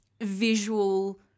visual